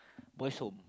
boys home